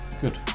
Good